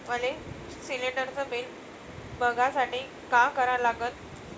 मले शिलिंडरचं बिल बघसाठी का करा लागन?